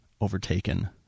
overtaken